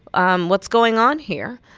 um what's going on here?